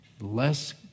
less